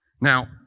Now